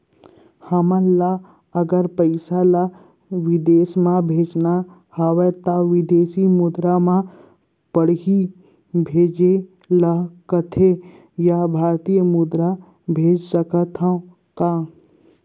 हमन ला अगर पइसा ला विदेश म भेजना हवय त विदेशी मुद्रा म पड़ही भेजे ला पड़थे या भारतीय मुद्रा भेज सकथन का?